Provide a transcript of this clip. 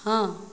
हँ